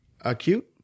Acute